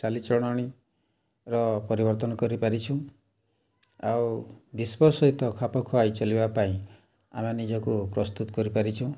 ଚାଲିଚଳଣୀର ପରିବର୍ତ୍ତନ କରିପାରିଛୁ ଆଉ ବିଶ୍ୱ ସହିତ ଖାପ ଖୁଆଇ ଚଲିବା ପାଇଁ ଆମେ ନିଜକୁ ପ୍ରସ୍ତୁତ୍ କରିପାରିଛୁ